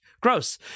Gross